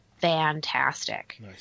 fantastic